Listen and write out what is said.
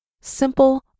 simple